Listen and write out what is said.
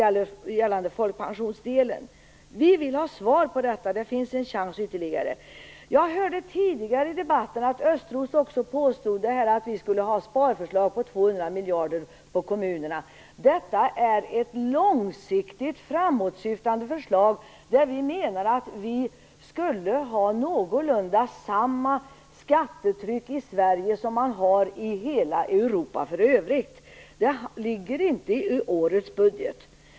Det gäller då folkpensionsdelen. Vi vill ha svar på dessa frågor. Det finns ju ytterligare en chans att ge svar. Jag hörde tidigare i debatten Thomas Östros påstå att vi skulle ha sparförslag på 200 miljarder kronor avseende kommunerna. Men det är ett långsiktigt framåtsyftande förslag. Vi menar att Sverige bör ha ett skattetryck som någorlunda överenstämmer med hur det är i Europa i övrigt. Detta ligger inte i årets budget.